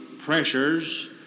pressures